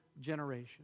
generation